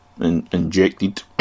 injected